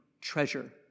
treasure